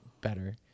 better